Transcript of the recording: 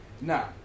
Now